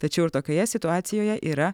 tačiau ir tokioje situacijoje yra